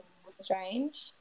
strange